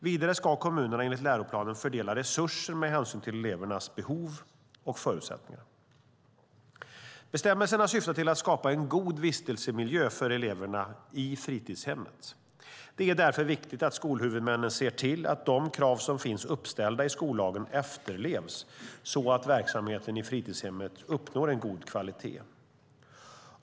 Vidare ska kommunerna enligt läroplanen fördela resurser med hänsyn till elevernas behov och förutsättningar. Bestämmelserna syftar till att skapa en god vistelsemiljö för eleverna i fritidshemmet. Det är därför viktigt att skolhuvudmännen ser till att de krav som finns uppställda i skollagen efterlevs så att verksamheten i fritidshemmet uppnår en god kvalitet.